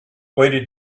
weighted